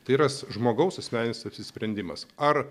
tai yra žmogaus asmeninis apsisprendimas ar